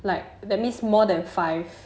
like that means more than five